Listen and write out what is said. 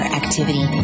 activity